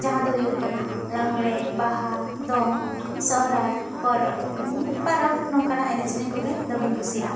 ᱡᱟᱦᱟᱸ ᱫᱚ ᱦᱩᱭᱩᱜ ᱠᱟᱱᱟ ᱞᱟᱜᱽᱲᱮ ᱵᱟᱦᱟ ᱫᱚᱝ ᱥᱚᱨᱦᱟᱭ ᱯᱚᱨᱟᱵᱽ ᱯᱟᱨᱟᱵᱽ ᱱᱚᱝᱠᱟᱱᱟᱜ ᱮᱱᱮᱡ ᱥᱮᱨᱮᱧ ᱠᱚᱜᱮ ᱫᱚᱢᱮᱜᱮᱧ ᱠᱩᱥᱤᱭᱟᱜᱼᱟ